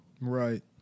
Right